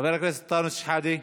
חבר הכנסת אנטאנס שחאדה,